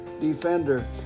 defender